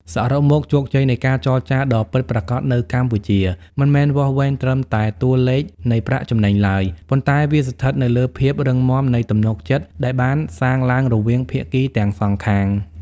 សរុបមក ជោគជ័យនៃការចរចាដ៏ពិតប្រាកដនៅកម្ពុជា មិនមែនវាស់វែងត្រឹមតែតួលេខនៃប្រាក់ចំណេញឡើយ ប៉ុន្តែវាស្ថិតនៅលើភាពរឹងមាំនៃទំនុកចិត្តដែលបានសាងឡើងរវាងភាគីទាំងសងខាង។